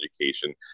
education